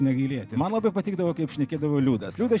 negailėti man labai patikdavo kaip šnekėdavo liudas liudas